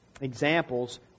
examples